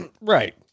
Right